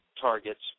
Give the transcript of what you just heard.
targets